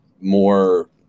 more